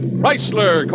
Chrysler